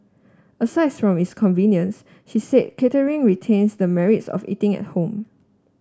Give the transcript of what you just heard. aside from its convenience she said catering retains the merits of eating at home